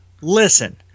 listen